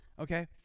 okay